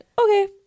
okay